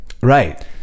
Right